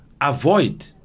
avoid